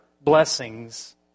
blessings